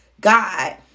God